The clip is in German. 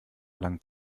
lang